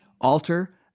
alter